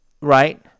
right